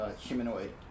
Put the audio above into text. humanoid